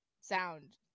sound